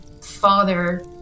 father